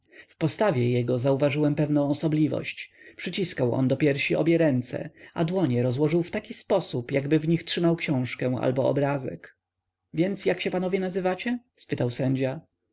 postawie jego zauważyłem pewną osobliwość przyciskał on do piersi obie ręce a dłonie rozłożył w taki sposób jakby w nich trzymał książkę albo obrazek więc jak się panowie nazywacie spytał sędzia